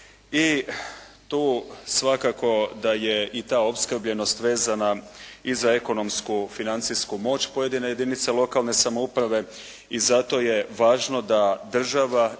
I tu svakako da je i ta opskrbljenost vezana i za ekonomsku financijsku moć pojedine jedinice lokalne samouprave i zato je važno da država